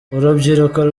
urubyiruko